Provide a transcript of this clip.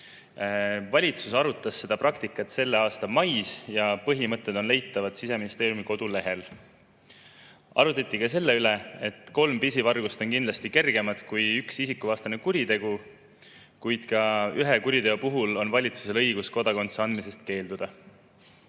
Valitsus arutas seda praktikat selle aasta mais ja põhimõtted on leitavad Siseministeeriumi kodulehel. Arutati ka selle üle, et kolm pisivargust on kindlasti kergemad kui üks isikuvastane kuritegu, kuid ka ühe kuriteo puhul on valitsusel õigus kodakondsuse andmisest keelduda.